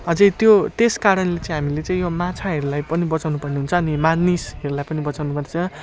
अझै त्यो त्यस कारणले चाहिँ हामीले चाहिँ यो माछाहरूलाई पनि बचाउनुपर्ने हुन्छ अनि मानिसहरूलाई पनि बचाउनुपर्छ